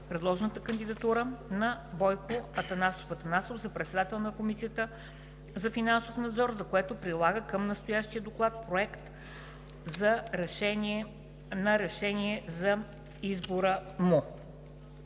предложената кандидатура на Бойко Атанасов Атанасов за председател на Комисията за финансов надзор, за което прилага към настоящия доклад: Проект! РЕШЕНИЕ за избиране